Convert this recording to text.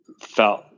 felt